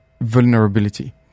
vulnerability